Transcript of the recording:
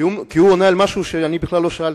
כי הוא עונה על משהו שאני בכלל לא שאלתי.